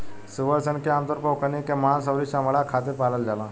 सूअर सन के आमतौर पर ओकनी के मांस अउरी चमणा खातिर पालल जाला